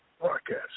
broadcast